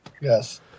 Yes